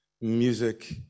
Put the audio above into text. music